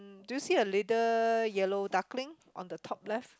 do you see a little yellow duckling on the top left